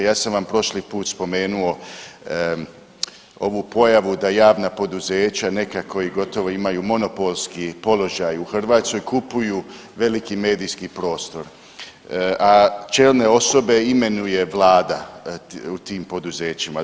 Ja sam vam prošli put spomenuo ovu pojavu da javna poduzeća neka koja gotovo imaju monopolski položaj u Hrvatskoj kupuju veliki medijski prostor, a čelne osobe imenuje vlada u tim poduzećima.